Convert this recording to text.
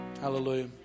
Hallelujah